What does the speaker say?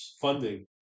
funding